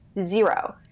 Zero